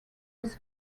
his